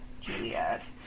Juliet